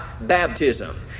baptism